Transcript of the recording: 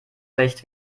recht